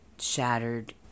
shattered